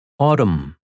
Autumn